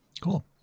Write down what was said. Cool